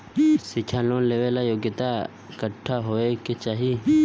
शिक्षा लोन लेवेला योग्यता कट्ठा होए के चाहीं?